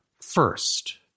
first